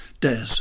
Des